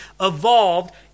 evolved